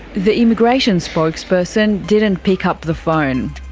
the immigration spokesperson didn't pick up the phone.